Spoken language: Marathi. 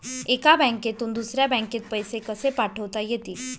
एका बँकेतून दुसऱ्या बँकेत पैसे कसे पाठवता येतील?